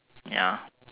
ya